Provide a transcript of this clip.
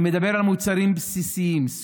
אני מדבר על מוצרים בסיסיים: סוכר,